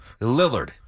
Lillard